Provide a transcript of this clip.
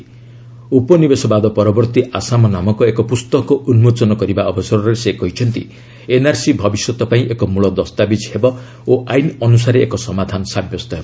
'ଉପନିବେଶବାଦ ପରବର୍ତ୍ତୀ ଆସାମ' ନାମକ ଏକ ପୁସ୍ତକ ଉନ୍କୋଚନ କରିବା ଅବସରରେ ସେ କହିଛନ୍ତି ଏନ୍ଆର୍ସି ଭବିଷ୍ୟତପାଇଁ ଏକ ମୂଳ ଦସ୍ତାବିଜ୍ ହେବ ଓ ଆଇନ ଅନୁସାରେ ଏକ ସମାଧାନ ସାବ୍ୟସ୍ତ ହେବ